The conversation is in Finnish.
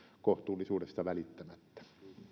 kohtuullisuudesta välittämättä